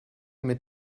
mit